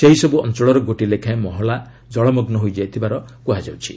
ସେହିସବୁ ଅଞ୍ଚଳର ଗୋଟିଏ ଲେଖାଏଁ ମହଲା ଜଳମଗ୍ନ ହୋଇଥିବାର କୁହାଯାଉଛି